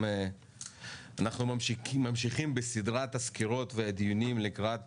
אנחנו ממשיכים בסדרת הסקירות והדיונים לקראת